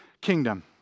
kingdom